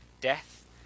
Death